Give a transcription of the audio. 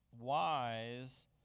wise